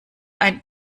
ein